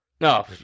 No